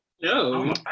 no